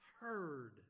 heard